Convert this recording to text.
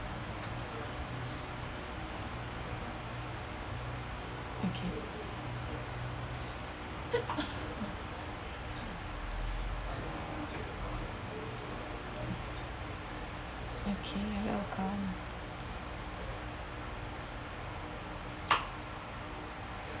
okay okay you're welcome